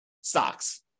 stocks